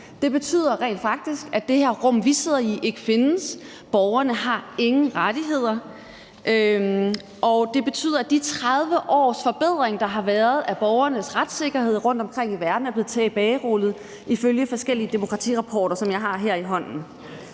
Det betyder rent faktisk, at det her rum, vi sidder i, ikke ville findes. Borgerne har ingen rettigheder, og det betyder, at de 30 års forbedringer, der har været af borgernes retssikkerhed rundtomkring i verden, er blevet tilbagerullet, ifølge forskellige demokratirapporter, som jeg har her i hånden.